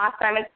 awesome